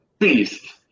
Beast